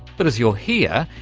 but, as you'll hear,